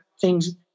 things